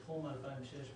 בתחום ה-2,600